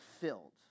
filled